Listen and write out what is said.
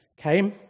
came